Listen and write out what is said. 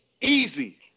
Easy